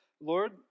Lord